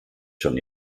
schon